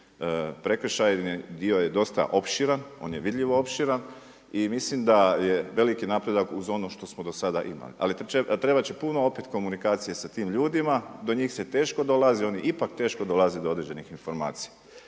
prekršajni dio je dosta opširan, on je vidljivo opširan i mislim da je veliki napredak uz ono što smo do sada imali. Ali trebat će puno opet komunikacije sa tim ljudima, do njih se teško dolazi, oni ipak teško dolaze do određenih informacija.